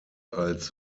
als